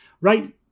right